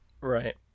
right